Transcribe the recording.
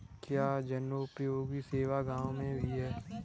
क्या जनोपयोगी सेवा गाँव में भी है?